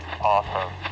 Awesome